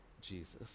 Jesus